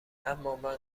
امامن